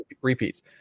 repeats